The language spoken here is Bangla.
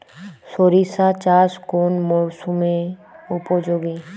সরিষা চাষ কোন মরশুমে উপযোগী?